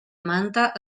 manta